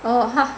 oh ha